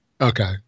Okay